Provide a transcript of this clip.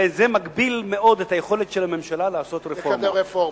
וזה מגביל מאוד את היכולת של הממשלה לעשות רפורמה.